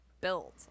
built